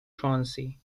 truancy